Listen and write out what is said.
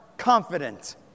confident